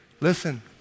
listen